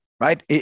Right